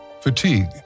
fatigue